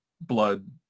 blood